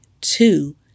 Two